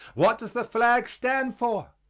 what does the flag stand for?